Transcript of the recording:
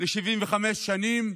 ל-75 שנים,